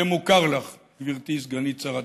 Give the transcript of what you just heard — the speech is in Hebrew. זה מוכר לך, גברתי סגנית שר החוץ.